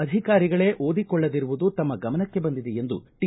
ಅಧಿಕಾರಿಗಳೇ ಓದಿಕೊಳ್ಳದಿರುವುದು ತಮ್ಮ ಗಮನಕ್ಕೆ ಬಂದಿದೆ ಎಂದು ಟಿ